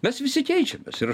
mes visi keičiamės ir